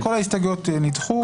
כל ההסתייגויות נדחו,